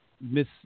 Miss